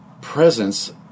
presence